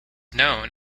known